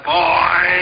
boy